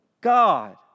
God